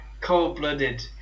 cold-blooded